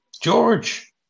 George